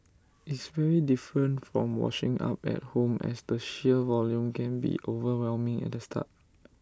it's very different from washing up at home as the sheer volume can be overwhelming at the start